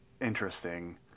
interesting